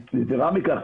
יתרה מכך,